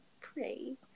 pray